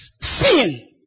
sin